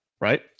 Right